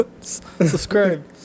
Subscribe